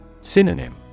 synonym